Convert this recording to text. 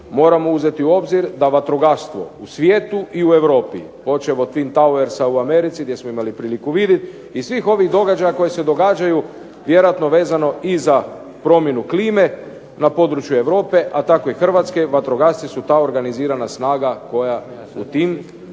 moramo uzeti u obzir da vatrogastvo u svijetu i u Europi počev od twin towersa u Americi gdje smo imali priliku vidjeti i svih ovih događaja koji se događaju vjerojatno vezano i za promjenu klime na području Europe, a tako i Hrvatske vatrogasci su ta organizirana snaga koja u tim